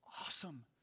awesome